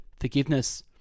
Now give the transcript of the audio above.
forgiveness